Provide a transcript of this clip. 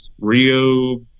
rio